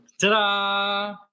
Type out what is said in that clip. Ta-da